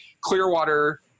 Clearwater